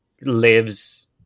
lives